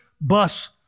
bus